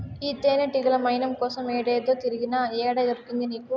ఈ తేనెతీగల మైనం కోసం ఏడేడో తిరిగినా, ఏడ దొరికింది నీకు